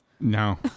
No